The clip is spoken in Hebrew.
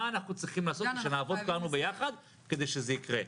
מה אנחנו צריכים לעשות שנעבוד כולנו ביחד כדי שזה יקרה.